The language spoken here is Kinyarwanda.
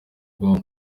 bwonko